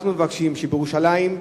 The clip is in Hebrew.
אנחנו מבקשים שבירושלים,